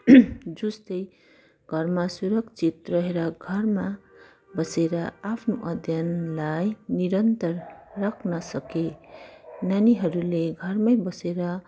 जुझ्दै घरमा सुरक्षित रहेर घरमा बसेर आफ्नो अध्ययनलाई निरन्तर राख्न सके नानीहरूले घरमै बसेर